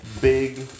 big